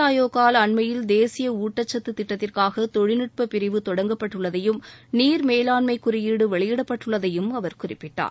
ஆயோக் அண்மயில் தேசிய ஊட்டச்சத்து திட்டத்திற்காக நித்தி தொழில்நுட்ப பிரிவு தொடங்கப்பட்டுள்ளதையும் நீர் மேலாண்மை குறியீடு வெளியிட்டுள்ளதையும் அவர் குறிப்பிட்டார்